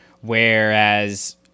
whereas